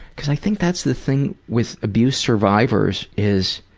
cause i think that's the thing with abuse survivors is,